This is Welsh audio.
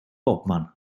bobman